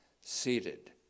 seated